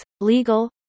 legal